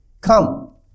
come